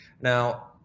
Now